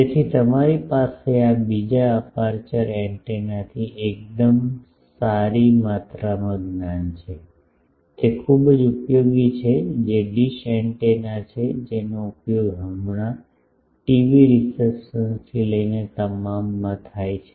તેથી તમારી પાસે આ બીજા અપેર્ચર એન્ટેના થી એકદમ સારી માત્રામાં જ્ઞાન છે તે ખૂબ જ ઉપયોગી છે જે ડીશ એન્ટેના છે જેનો ઉપયોગ હમણાં ટીવી રીસેપ્શન થી લઈને તમામ માં થાય છે